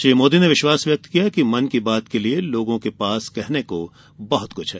श्री मोदी ने विश्वास व्यक्त किया कि मन की बात के लिए लोगों के पास कहने को बहत कुछ है